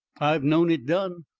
i've known it done!